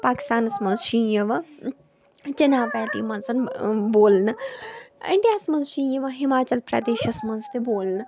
پاکِستانَس منٛز چھِ یہِ یِوان چِناب ویلی منٛز بولنہٕ اِنٛڈِیا ہَس منٛز چھِ یہِ یِوان ہِماچَل پرٛدیشس منٛز تہِ بولنہٕ